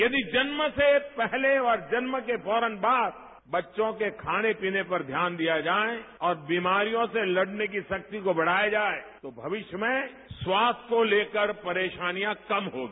यदि जन्म से पहले और जन्म के फौरन बाद बच्चों के खाने पीने पर ध्यान दिया जाए और बीमारियों से लड़ने की शक्ति को बढ़ाया जाए तो भविष्य में स्वास्थ्य को लेकर परेशानियां कम होंगी